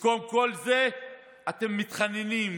במקום כל זה אתם מתחננים,